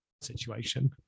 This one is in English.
situation